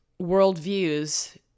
worldviews